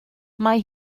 mae